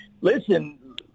listen